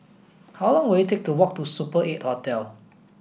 how long will it take to walk to Super eight Hotel